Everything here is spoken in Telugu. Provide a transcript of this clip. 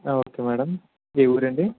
ఓకే మేడం ఏ ఊరండి